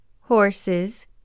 horses